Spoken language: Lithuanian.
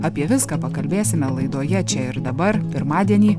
apie viską pakalbėsime laidoje čia ir dabar pirmadienį